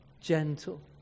gentle